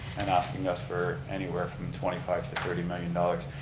and asking us for anywhere from twenty five to thirty million dollars.